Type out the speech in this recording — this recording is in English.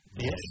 Yes